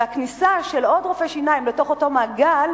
והכניסה של עוד רופא שיניים לאותו מעגל